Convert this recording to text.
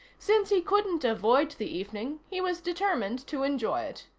since he couldn't avoid the evening, he was determined to enjoy it.